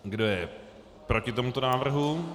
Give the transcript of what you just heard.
Kdo je proti tomuto návrhu?